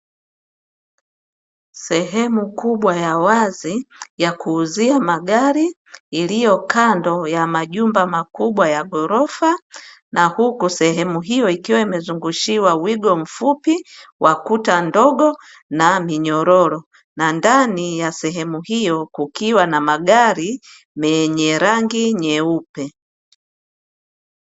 Sehemu kubwa ya wazi ya kuuzia magari iliyokando ya majumba makubwa ya ghorofa, na huku sehemu hiyo ikiwa imezungushiwa wigo mfupi wa kuta ndogo na minyororo na ndani ya sehemu hiyo kukiwa na magari yenye rangi nyeupe.